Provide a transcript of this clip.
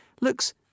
looks